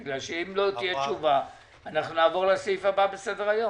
אם לא תהיה תשובה אנחנו נעבור לסעיף הבא בסדר היום.